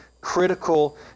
critical